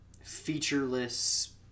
featureless